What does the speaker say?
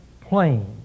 plane